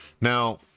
Now